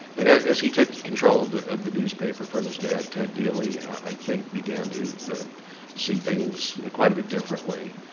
but as he took control of the of the newspaper from his dad, ted dealey, i think began to see things quite a bit differently.